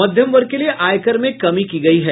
मध्यम वर्ग के लिए आयकर में कमी की गयी है